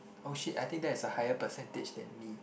oh shit I think that's a higher percentage than me